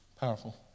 Powerful